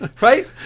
right